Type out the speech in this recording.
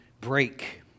break